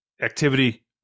activity